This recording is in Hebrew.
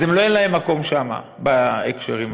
אז לא יהיה להם מקום שם בהקשרים האלה.